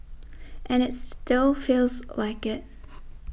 and it still feels like it